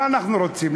מה אנחנו רוצים?